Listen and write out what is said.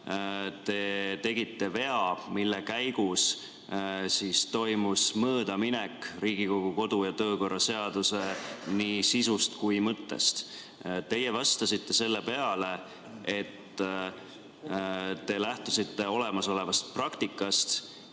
te tegite vea, mille käigus toimus möödaminek Riigikogu kodu- ja töökorra seaduse nii sisust kui ka mõttest. Teie vastasite selle peale, et te lähtusite olemasolevast praktikast,